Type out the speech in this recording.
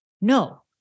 No